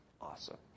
awesome